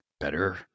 better